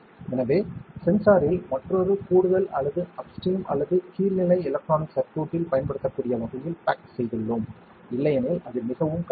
எனவே சென்சாரில் மற்றொரு கூடுதல் அல்லது அப்ஸ்ட்ரீம் அல்லது கீழ்நிலை எலக்ட்ரானிக் சர்க்யூட்டில் பயன்படுத்தக்கூடிய வகையில் பேக் செய்துள்ளோம் இல்லையெனில் அது மிகவும் கடினம்